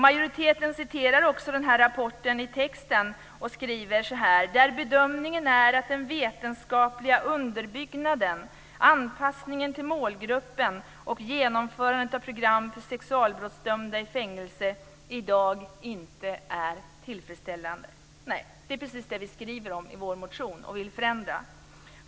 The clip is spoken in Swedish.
Majoriteten citerar också rapporten i texten och skriver att bedömningen är "att den vetenskapliga underbyggnaden, anpassningen till målgruppen och genomförandet av program för sexualbrottsdömda i fängelse i dag inte är tillfredsställande". Nej, det är precis det vi skriver om i vår motion och vill förändra.